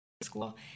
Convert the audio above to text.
school